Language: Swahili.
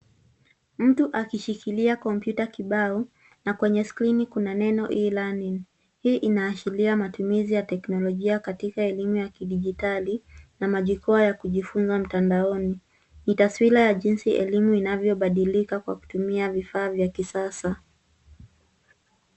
Mtu akishikilia kompyuta kibao na kwenye skrini kuna neno e-learning . Hii inaashiria matumizi ya teknolojia katika masomo ya kidijitali na majukwa ya kujifunza mtandaoni. Ni taswira ya jinsi elimu inavobadilika kwa kutumia vifaa vya kisasa.